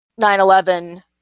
9/11